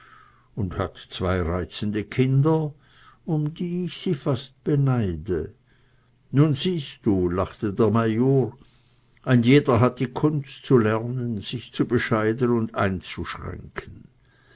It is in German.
und hat zwei reizende kinder um die ich sie fast beneide nun siehst du lachte der major ein jeder hat die kunst zu lernen sich zu bescheiden und einzuschränken